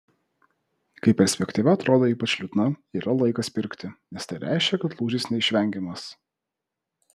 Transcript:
kai perspektyva atrodo ypač liūdna yra laikas pirkti nes tai reiškia kad lūžis neišvengiamas